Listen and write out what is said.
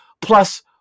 plus